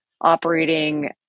operating